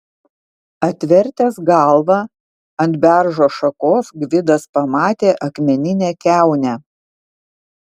atvertęs galvą ant beržo šakos gvidas pamatė akmeninę kiaunę